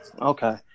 Okay